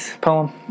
poem